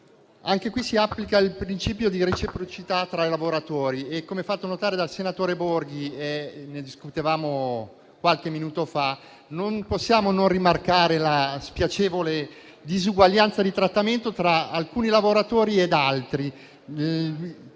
caso si applica il principio di reciprocità tra i lavoratori e, come fatto notare dal senatore Enrico Borghi - ne discutevamo qualche minuto fa - non possiamo non rimarcare la spiacevole disuguaglianza di trattamento tra alcuni lavoratori ed altri.